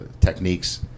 techniques